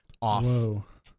off